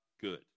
good